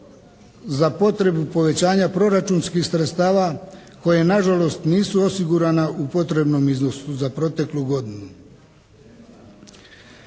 za potrebu povećanja proračunskih sredstava koje nažalost nisu osigurana u potrebnom iznosu za proteklu godinu.